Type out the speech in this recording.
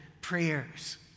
prayers